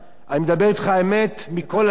אני מדבר אתך אמת מכל הלב.